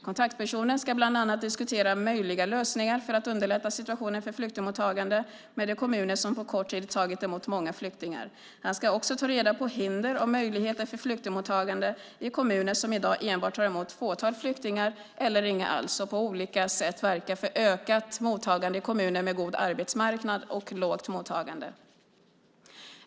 Kontaktpersonen ska bland annat diskutera möjliga lösningar för att underlätta situationen för flyktingmottagande med de kommuner som på kort tid tagit emot många flyktingar. Han ska också ta reda på hinder och möjligheter för flyktingmottagande i kommuner som i dag enbart tar emot ett fåtal flyktingar eller inga alls och på olika sätt verka för ökat mottagande i kommuner med god arbetsmarknad och lågt mottagande.